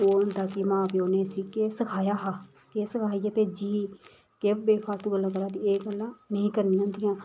कोल होंदा कि मां प्यो ने इसी केह् सखाया हा केह् सखाइयै भेजी ही केह् बेफालतु गल्लां करा दी एह्दे कोला नेईं करनियां होंदियां